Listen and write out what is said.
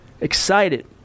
excited